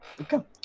Okay